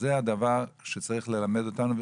זה הדבר שצריך ללמד אותנו,